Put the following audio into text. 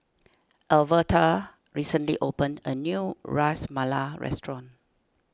Alverta recently opened a new Ras Malai restaurant